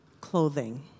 clothing